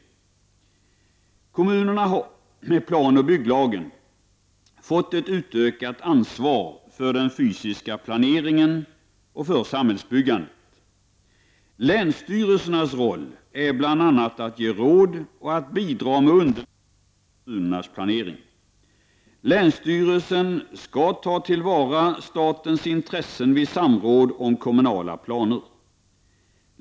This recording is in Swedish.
Kommunerna har med planoch bygglagen fått ett utökat ansvar för den fysiska planeringen och samhällsbyggandet. Länsstyrelsernas roll är bl.a. att ge råd och att bidra med underlag för kommunernas planering. Länsstyrelsen skall ta till vara statens intressen vid samråd om kommunala planer.